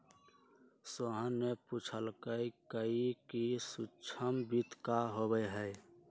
सोहन ने पूछल कई कि सूक्ष्म वित्त का होबा हई?